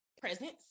presence